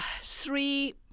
three